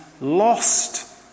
lost